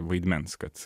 vaidmens kad